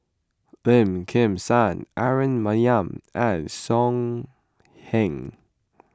Lim Kim San Aaron Maniam and So Heng